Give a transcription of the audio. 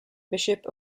bishop